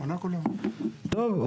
טוב,